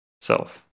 self